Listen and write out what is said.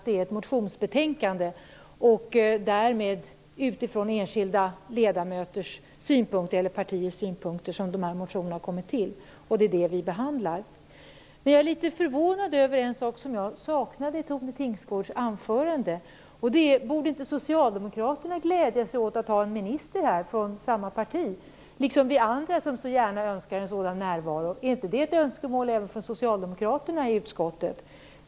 Det är ett motionsbetänkande, och därmed har motionerna kommit till utifrån enskilda ledamöters synpunkter eller partiers synpunkter. Det är det vi behandlar. Jag är litet förvånad över en sak som jag saknade i Tone Tingsgårds anförande. Borde inte socialdemokraterna glädja sig åt att ha en minister från samma parti här i kammaren - liksom vi andra, som så gärna önskar en sådan närvaro? Är inte det ett önskemål även från socialdemokraterna i utskottet?